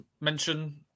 mention